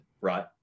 right